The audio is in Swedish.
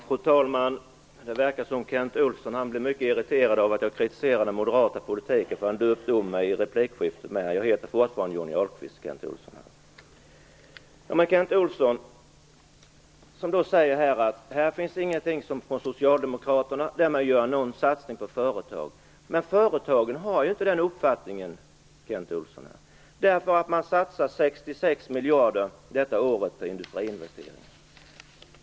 Fru talman! Det verkar som om Kent Olsson blev mycket irriterad av att jag kritiserade den moderata politiken, för han döpte om mig i replikskiftet. Men jag heter fortfarande Johnny Ahlqvist, Kent Olsson. Kent Olsson säger att Socialdemokraterna inte gör någon satsning på företag. Men företagen har ju inte den uppfattningen, Kent Olsson. Man satsar 66 miljarder detta år på industriinvesteringar.